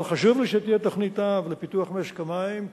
אבל חשוב לי שתהיה תוכנית-אב לפיתוח משק המים,